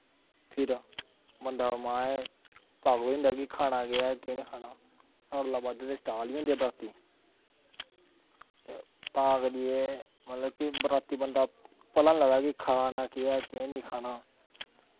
फिर बंदा पागल होई जंदा कि खाना केह् ऐ केह् नेईं खाना सारें कोला दा बद्ध ते स्टाल गै होंदे बराती ते तां करियै बराती बंदा पता निं लगदा खाना केह् ऐ केह् नेईं खाना